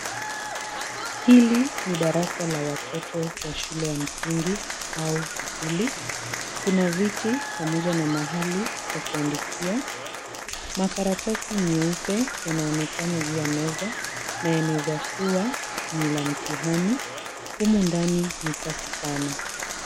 Hili ni darasa la watoto wa shule ya msingi au upili. Kuna viti pamoja na mahali pa kuandikia. Makaratasi nyeupe yanaonekana juu ya meza na yanaeza kuwa ni la mtihani. Humu ndani ni safi sana.